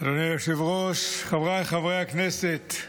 אדוני היושב-ראש, חבריי חברי הכנסת,